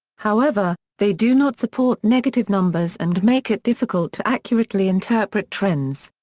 however, they do not support negative numbers and make it difficult to accurately interpret trends.